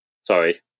Sorry